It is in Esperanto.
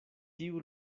tiu